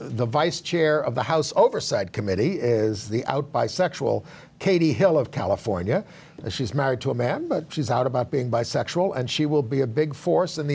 the vice chair of the house oversight committee is the out bisexual katie hill of california and she's married to a man she's out about being bisexual and she will be a big force in the